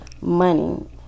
money